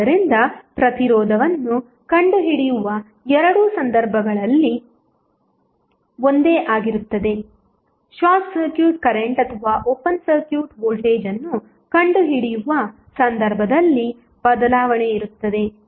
ಆದ್ದರಿಂದ ಪ್ರತಿರೋಧವನ್ನು ಕಂಡುಹಿಡಿಯುವ ಎರಡೂ ಸಂದರ್ಭಗಳಲ್ಲಿ ಒಂದೇ ಆಗಿರುತ್ತದೆ ಶಾರ್ಟ್ ಸರ್ಕ್ಯೂಟ್ ಕರೆಂಟ್ ಅಥವಾ ಓಪನ್ ಸರ್ಕ್ಯೂಟ್ ವೋಲ್ಟೇಜ್ ಅನ್ನು ಕಂಡುಹಿಡಿಯುವ ಸಂದರ್ಭದಲ್ಲಿ ಬದಲಾವಣೆ ಇರುತ್ತದೆ